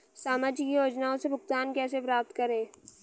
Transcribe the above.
सामाजिक योजनाओं से भुगतान कैसे प्राप्त करें?